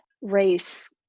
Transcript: race